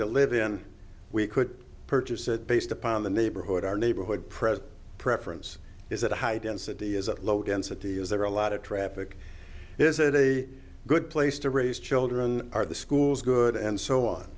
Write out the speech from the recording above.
to live in we could purchase it based upon the neighborhood our neighborhood present preference is that high density is a low density is there a lot of traffic is it a good place to raise children are the schools good and so on